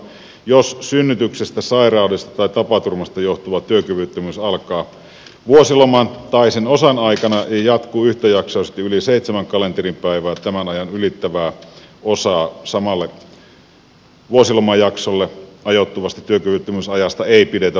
jos synnytyksestä sairaudesta tai tapaturmasta johtuva työkyvyttömyys alkaa vuosiloman tai sen osan aikana ja jatkuu yhtäjaksoisesti yli seitsemän kalenteripäivää tämän ajan ylittävää osaa samalle vuosilomajaksolle ajoittuvasta työkyvyttömyysajasta ei pidetä vuosilomana